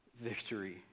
victory